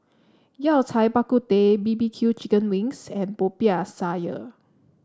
Yao Cai Bak Kut Teh B B Q Chicken Wings and Popiah Sayur